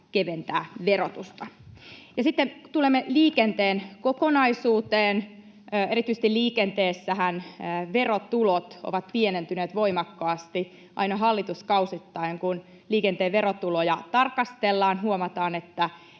keventää verotusta. Sitten tulemme liikenteen kokonaisuuteen. Erityisesti liikenteessähän verotulot ovat pienentyneet voimakkaasti. Aina hallituskausittain, kun liikenteen verotuloja tarkastellaan, huomataan, että